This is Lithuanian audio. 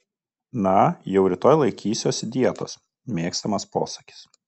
na jau rytoj laikysiuosi dietos mėgstamas posakis